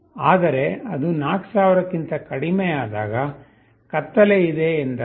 ಆದರೆ ಅದು 4000 ಕ್ಕಿಂತ ಕಡಿಮೆಯಾದಾಗ ಕತ್ತಲೆ ಇದೆ ಎಂದರ್ಥ